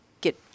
get